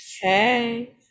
Hey